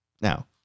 Now